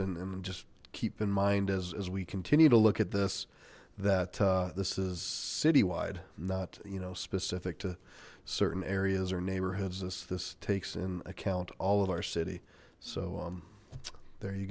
and just keep in mind as we continue to look at this that this is citywide not you know specific to certain areas or neighborhoods this this takes in account all of our city so um there you